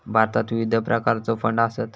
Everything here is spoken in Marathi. भारतात विविध प्रकारचो फंड आसत